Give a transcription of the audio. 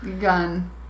Gun